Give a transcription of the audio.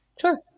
Sure